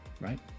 right